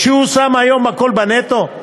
כשהוא שם היום הכול בנטו?